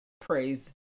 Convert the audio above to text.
Praise